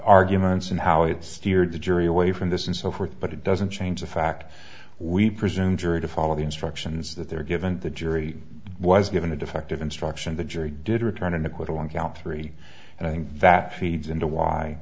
arguments and how it steered the jury away from this and so forth but it doesn't change the fact we presume jury to follow the instructions that they're given the jury was given a defective instruction the jury did return an acquittal on count three and i think that he needs into why